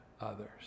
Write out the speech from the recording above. others